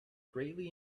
greatly